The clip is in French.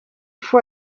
faut